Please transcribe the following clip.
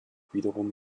wiederum